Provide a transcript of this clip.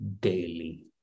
daily